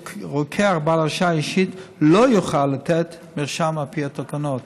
רוקח בעל הרשאה אישית לא יכול לתת מרשם על פי התקנות,